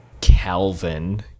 Calvin